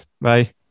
Bye